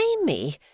Amy